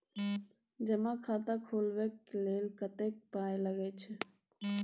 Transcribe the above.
जमा खाता खोलबा लेल कतेक पाय लागय छै